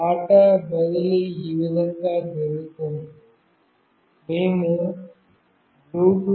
data బదిలీ ఈ విధంగా జరుగుతుంది మేము bluetooth